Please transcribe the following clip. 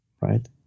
right